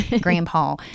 grandpa